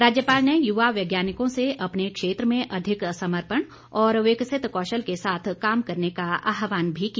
राज्यपाल ने युवा वैज्ञानिकों से अपने क्षेत्र में अधिक समर्पण और विकसित कौशल के साथ काम करने का आहवान भी किया